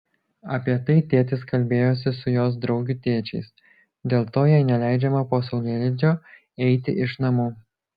apie tai tėtis kalbėjosi su jos draugių tėčiais dėl to jai neleidžiama po saulėlydžio eiti iš namų